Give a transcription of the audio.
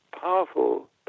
powerful